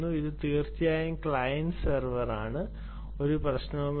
ഇത് തീർച്ചയായും client server ആണ് ഒരു പ്രശ്നവുമില്ല